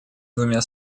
двумя